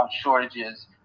shortages